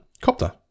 copter